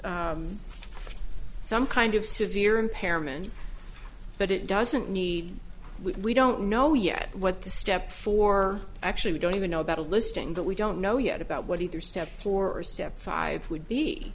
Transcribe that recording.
some kind of severe impairment but it doesn't need we don't know yet what the step for actually we don't even know about a listing that we don't know yet about what either step through or step five would be